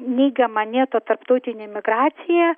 neigiama nėto tarptautinė migracija